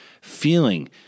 feeling